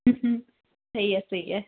हम्म हम्म सही आहे सही आहे